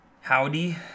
Howdy